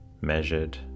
measured